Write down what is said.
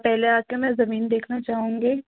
पहले आ कर मैं ज़मीन देखना चाहूँगी